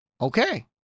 okay